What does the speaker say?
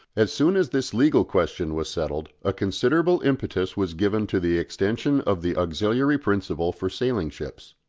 as soon as this legal question was settled a considerable impetus was given to the extension of the auxiliary principle for sailing ships.